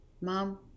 mom